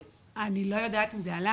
אני לא יודעת אם זה עלה.